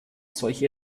solche